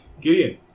Gideon